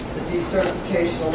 decertification